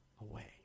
away